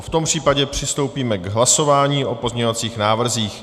V tom případě přistoupíme k hlasování o pozměňovacích návrzích.